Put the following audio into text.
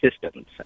systems